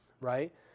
right